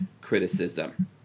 criticism